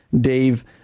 Dave